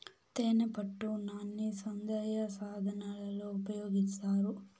తేనెపట్టు నాన్ని సౌందర్య సాధనాలలో ఉపయోగిస్తారు